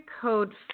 code